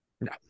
No